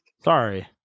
Sorry